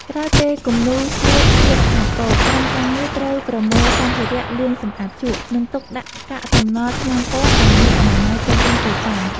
ក្រោយពេលគំនូរស្ងួតជាស្ថាពរ ក្រុមការងារត្រូវប្រមូលសម្ភារៈ លាងសម្អាតជក់ និងទុកដាក់កាកសំណល់ថ្នាំពណ៌ឱ្យមានអនាម័យជុំវិញទីតាំង។